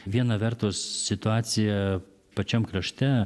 viena vertus situacija pačiam krašte